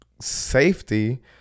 safety